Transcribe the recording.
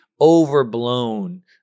overblown